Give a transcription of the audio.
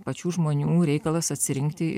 pačių žmonių reikalas atsirinkti